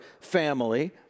family